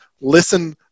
listen